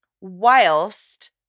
whilst